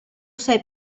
sei